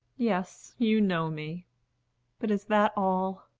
yes, you know me but is that all!